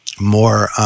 more